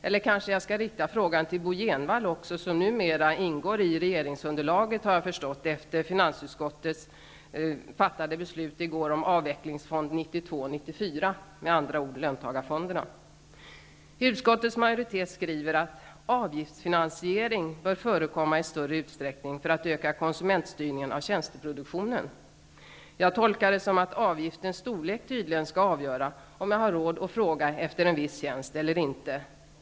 Jag kanske skall rikta frågan även till Bo G.Jenevall som numera, har jag förstått, ingår i regeringsunderlaget, efter finansutskottets i går fattade beslut om avvecklingsfond 92--94, med andra ord löntagarfonderna. Utskottets majoritet skriver också: ''Avgiftsfinansiering bör förekomma i större utsträckning för att öka konsumenstyrningen av tjänsteproduktionen.'' Jag tolkar det så, att avgiftens storlek tydligen skall avgöra om jag har råd att fråga efter en viss tjänst eller inte.